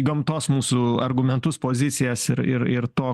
gamtos mūsų argumentus pozicijas ir ir ir to